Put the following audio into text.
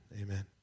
amen